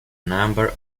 number